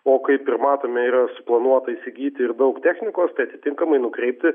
o kaip ir matome yra suplanuota įsigyti ir daug technikos tai atitinkamai nukreipti